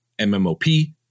MMOP